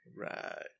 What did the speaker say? Right